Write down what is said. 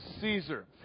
Caesar